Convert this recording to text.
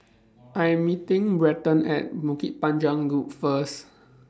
I Am meeting Brenton At Bukit Panjang Loop First